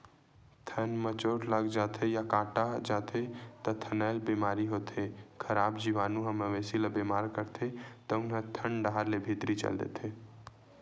थन म चोट लाग जाथे या कटा जाथे त थनैल बेमारी होथे, खराब जीवानु ह मवेशी ल बेमार करथे तउन ह थन डाहर ले भीतरी चल देथे